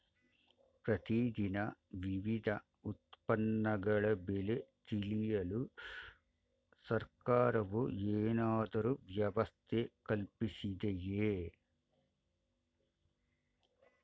ಪ್ರತಿ ದಿನ ವಿವಿಧ ಉತ್ಪನ್ನಗಳ ಬೆಲೆ ತಿಳಿಯಲು ಸರ್ಕಾರವು ಏನಾದರೂ ವ್ಯವಸ್ಥೆ ಕಲ್ಪಿಸಿದೆಯೇ?